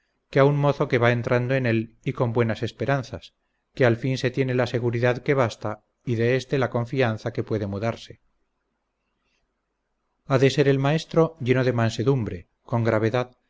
a un mozo que va entrando en él y con buenas esperanzas que al fin se tiene la seguridad que basta y de este la confianza que puede mudarse ha de ser el maestro lleno de mansedumbre con gravedad